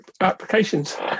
applications